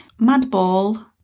Madball